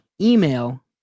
email